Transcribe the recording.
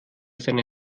seine